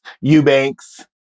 Eubanks